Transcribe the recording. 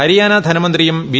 ഹരിയാന ധനമന്ത്രിയും ബി